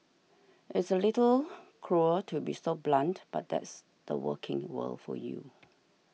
it's a little cruel to be so blunt but that's the working world for you